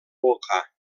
volcà